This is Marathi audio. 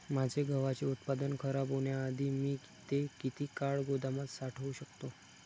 माझे गव्हाचे उत्पादन खराब होण्याआधी मी ते किती काळ गोदामात साठवू शकतो?